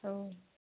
औ